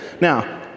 Now